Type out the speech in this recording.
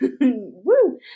Woo